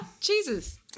Jesus